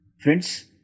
Friends